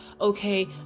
okay